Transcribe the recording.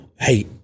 Hey